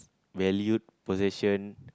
valued possession